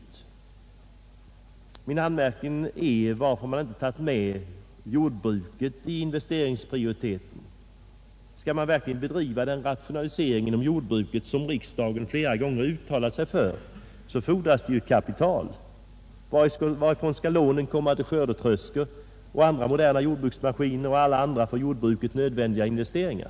Och varför har man inte tagit med jordbruket i denna investeringsprioritering? Om man skall kunna genomföra den rationalisering inom jordbruket som riksdagen flera gånger har uttalat sig för, så fordras det ju kapital. Varifrån skall lån då tas till skördetröskor och andra moderna jordbruksmaskiner och alla andra för jordbruket nödvändiga investeringar?